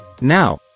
Now